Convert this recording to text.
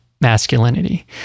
masculinity